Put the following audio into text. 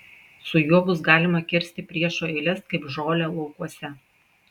su juo bus galima kirsti priešo eiles kaip žolę laukuose